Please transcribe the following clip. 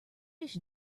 fish